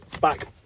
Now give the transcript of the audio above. back